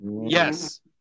Yes